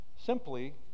simply